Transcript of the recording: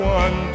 one